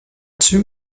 two